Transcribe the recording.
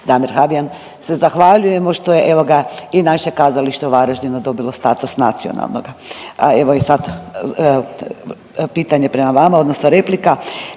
Damir Habijan se zahvaljujemo što je evo ga, i naše kazalište u Varaždinu dobio status nacionalnoga, a evo i sad pitanje prema vama, odnosno replika.